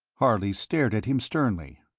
harley stared at him sternly.